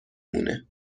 مونه